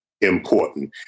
important